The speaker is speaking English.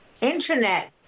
internet